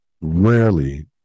rarely